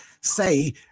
say